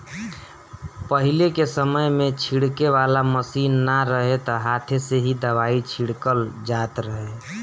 पहिले के समय में छिड़के वाला मशीन ना रहे त हाथे से ही दवाई छिड़कल जात रहे